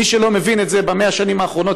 מי שלא מבין את זה ב-100 השנים האחרונות,